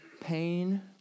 pain